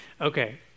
Okay